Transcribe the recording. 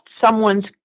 someone's